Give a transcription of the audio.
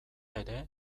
ere